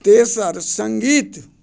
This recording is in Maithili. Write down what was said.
तेसर सङ्गीत